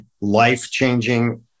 life-changing